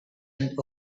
and